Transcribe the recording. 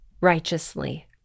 righteously